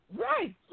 Right